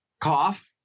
cough